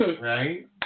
right